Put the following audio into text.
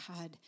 God